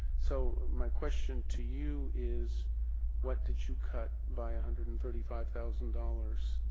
so my question to you is what did you cut by a hundred and thirty five thousand dollars,